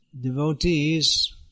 Devotees